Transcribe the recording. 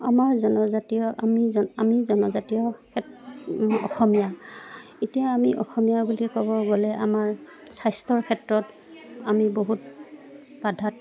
আমাৰ জনজাতীয় আমি আমি জনজাতীয় ক্ষেত অসমীয়া এতিয়া আমি অসমীয়া বুলি ক'ব গ'লে আমাৰ স্বাস্থ্যৰ ক্ষেত্ৰত আমি বহুত বাধাত